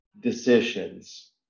decisions